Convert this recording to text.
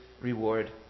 reward